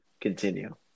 continue